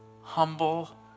humble